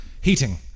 heating